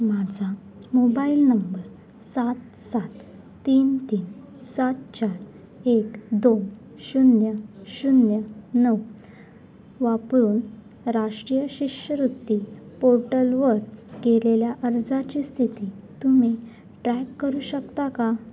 माझा mobile number सात सात तीन तीन सात चार एक दोन शून्य शून्य नऊ वापरून राष्ट्रीय शिष्यवृत्ती पोर्टलवर केलेल्या अर्जाची स्थिती तुम्ही ट्रॅक करू शकता का